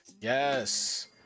Yes